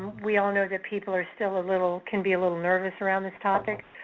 we all know that people are still a little, can be a little nervous around this topic,